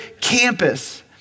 campus